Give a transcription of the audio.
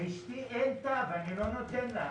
לאשתי, אין תו, אני לא נותן לה.